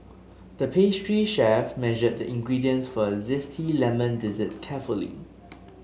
the pastry chef measured the ingredients for a zesty lemon dessert carefully